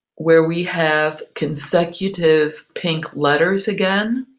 where we have consecutive pink letters again.